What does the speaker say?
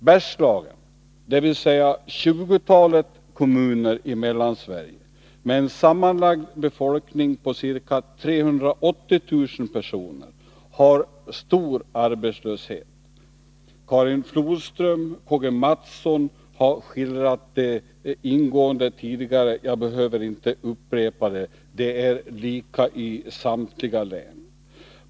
Bergslagen, dvs. tjugotalet kommuner i Mellansverige med en sammanlagd befolkning på ca 380 000 personer, har stor arbetslöshet. Karin Flodström och Karl-Gustaf Mathsson har skildrat läget ingående tidigare, och jag behöver inte upprepa det. Det är likadant i samtliga län.